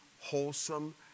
wholesome